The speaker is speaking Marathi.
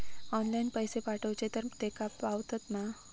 ऑनलाइन पैसे पाठवचे तर तेका पावतत मा?